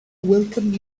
welcome